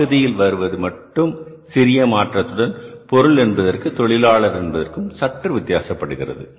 பகுதியில் வருவதில் மட்டும் சிறிய மாற்றத்துடன் பொருள் என்பதற்கும் தொழிலாளர் என்பதற்கும் சற்று வித்தியாசப்படுகிறது